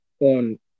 on